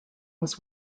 was